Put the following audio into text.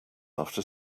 after